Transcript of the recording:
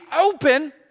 open